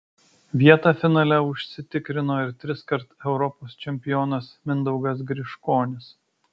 vietą finale užsitikrino ir triskart europos čempionas mindaugas griškonis